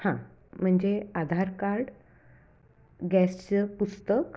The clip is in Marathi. हां म्हणजे आधार कार्ड गॅसचं पुस्तक